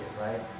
right